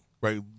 right